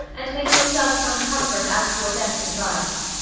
and make yourself some comfort out of your best advice.